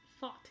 thought